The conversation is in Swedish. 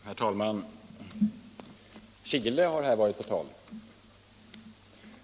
Herr talman! Chile har här varit på tal.